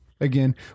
again